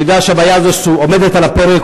אני יודע שהבעיה הזו עומדת על הפרק,